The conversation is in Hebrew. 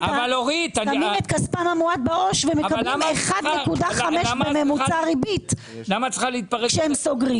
שמים את כספם המועט בעו"ש ומקבלים 1.5% ריבית בממוצע כשהם סוגרים